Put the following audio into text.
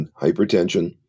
hypertension